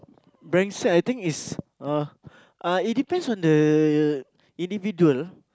brensek I think it's uh it depends on the individual